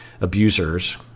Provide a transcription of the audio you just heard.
abusers